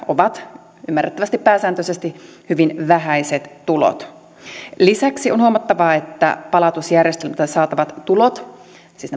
ovat ymmärrettävästi pääsääntöisesti hyvin vähäiset tulot lisäksi on huomattava että palautusjärjestelmältä saatavat tulot siis